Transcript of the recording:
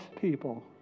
people